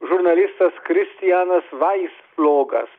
žurnalistas kristianas vaisflogas